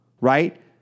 right